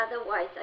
otherwise